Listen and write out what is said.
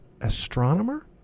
astronomer